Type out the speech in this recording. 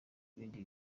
ibindi